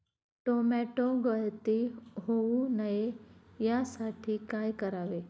Tomato गळती होऊ नये यासाठी काय करावे?